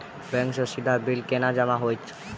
Bank सँ सीधा bill केना जमा होइत?